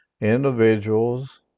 individuals